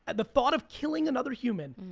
but the thought of killing another human,